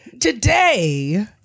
Today